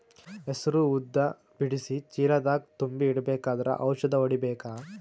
ಹೆಸರು ಉದ್ದ ಬಿಡಿಸಿ ಚೀಲ ದಾಗ್ ತುಂಬಿ ಇಡ್ಬೇಕಾದ್ರ ಔಷದ ಹೊಡಿಬೇಕ?